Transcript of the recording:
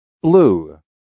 Blue